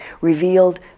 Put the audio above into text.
revealed